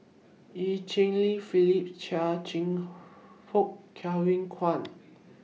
EU Cheng Li Phyllis Chia Cheong Fook Kevin Kwan